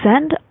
send